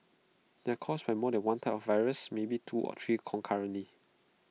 they are caused by more than one type of virus maybe two or three concurrently